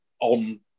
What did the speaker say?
on